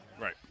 Right